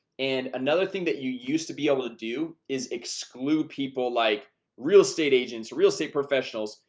and another thing that you used to be able to do is exclude people like real estate agents real estate professionals,